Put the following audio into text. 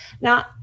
Now